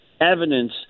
evidence